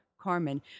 Carmen